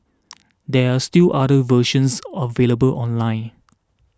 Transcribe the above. there are still other versions are available online